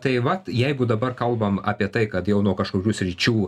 tai vat jeigu dabar kalbam apie tai kad jau nuo kažkokių sričių